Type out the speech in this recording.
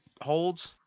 holds